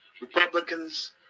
republicans